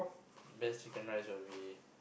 best chicken rice will be